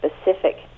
specific